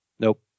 Nope